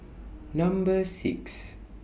Number six